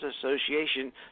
association